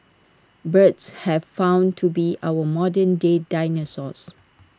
birds have found to be our modern day dinosaurs